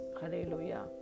Hallelujah